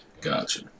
Gotcha